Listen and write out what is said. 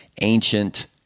ancient